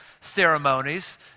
ceremonies